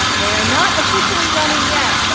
they are not officially running yet,